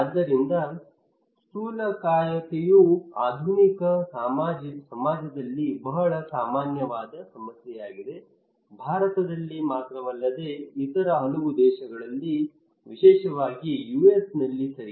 ಆದ್ದರಿಂದ ಸ್ಥೂಲಕಾಯತೆಯು ಆಧುನಿಕ ಸಮಾಜದಲ್ಲಿ ಬಹಳ ಸಾಮಾನ್ಯವಾದ ಸಮಸ್ಯೆಯಾಗಿದೆ ಭಾರತದಲ್ಲಿ ಮಾತ್ರವಲ್ಲದೆ ಇತರ ಹಲವು ದೇಶಗಳಲ್ಲಿ ವಿಶೇಷವಾಗಿ US ನಲ್ಲಿ ಸರಿ